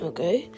Okay